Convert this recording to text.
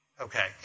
Okay